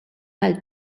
għall